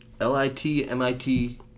L-I-T-M-I-T